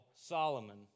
Solomon